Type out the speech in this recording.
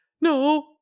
no